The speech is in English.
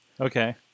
Okay